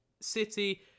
City